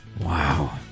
Wow